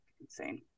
insane